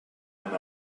amb